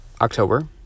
October